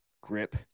grip